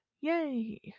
Yay